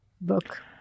book